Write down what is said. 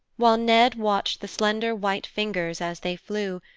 while ned watched the slender white fingers as they flew,